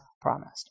promised